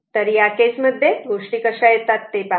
तर या केसमध्ये गोष्टी कशा येतात ते पहा